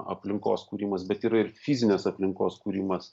aplinkos kūrimas bet yra ir fizinės aplinkos kūrimas